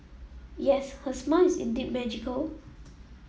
yes her smile is indeed magical